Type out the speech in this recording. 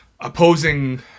opposing